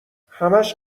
همش